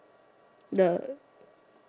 the